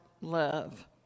love